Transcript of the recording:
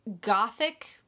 gothic